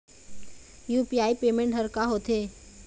UPI payment हर का होते?